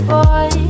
Boy